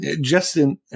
Justin